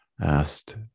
asked